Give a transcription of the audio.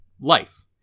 life